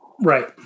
right